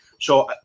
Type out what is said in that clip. So-